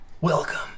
Welcome